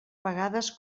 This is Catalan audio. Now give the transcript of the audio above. vegades